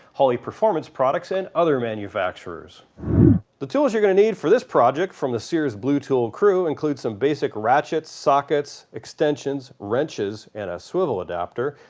holley performance products, and other manufacturers the tools you're going to for this project from the sears blue tool crew include some basic ratchets, sockets, extensions, wrenches, and a swivel adapter,